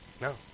No